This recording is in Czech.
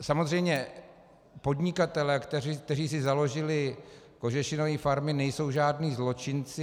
Samozřejmě podnikatelé, kteří si založili kožešinové farmy, nejsou žádní zločinci.